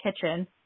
kitchen